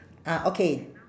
ah okay